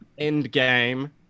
Endgame